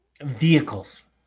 vehicles